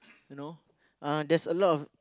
you know uh there's a lot of